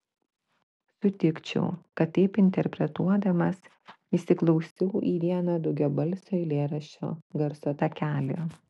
sutikčiau kad taip interpretuodamas įsiklausiau į vieną daugiabalsio eilėraščio garso takelį